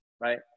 right